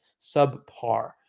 subpar